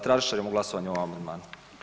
Tražit ćemo glasovanje o ovom amandmanu.